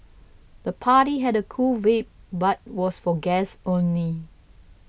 the party had a cool vibe but was for guests only